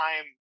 time